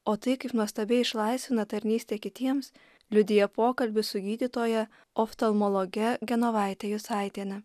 o tai kaip nuostabiai išlaisvina tarnystė kitiems liudija pokalbis su gydytoja oftalmologe genovaite jusaitiene